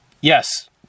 yes